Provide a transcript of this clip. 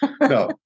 No